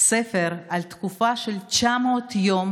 ספר על תקופה של 900 יום